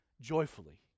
joyfully